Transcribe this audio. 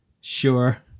Sure